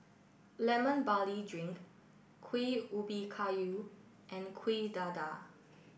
Lemon Barley Drink Kuih Ubi Kayu and Kuih Dadar